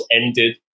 ended